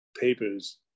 papers